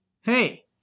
hey